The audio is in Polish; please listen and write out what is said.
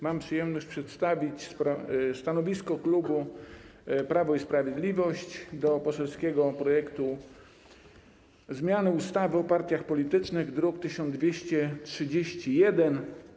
Mam przyjemność przedstawić stanowisko klubu Prawo i Sprawiedliwość wobec poselskiego projektu zmiany ustawy o partiach politycznych, druk nr 1231.